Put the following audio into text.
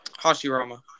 Hashirama